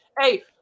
hey